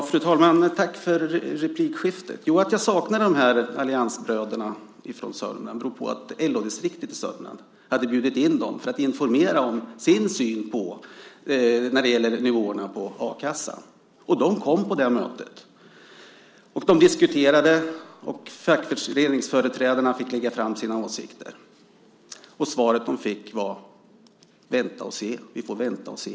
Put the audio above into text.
Fru talman! Tack för replikskiftet. Anledningen till att jag saknar alliansbröderna från Sörmland är att LO-distriktet i Sörmland hade bjudit in dem för att informera om sin syn på nivåerna på a-kassan. De kom på det mötet. De diskuterade och fackföreningsföreträdarna fick framföra sina åsikter. Svaret de fick var: Vi får vänta och se.